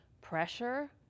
pressure